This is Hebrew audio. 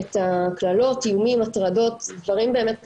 את הקללות, האיומים, הטרדות, דברים באמת מזעזעים,